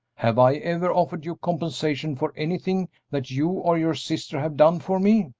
have i ever offered you compensation for anything that you or your sister have done for me?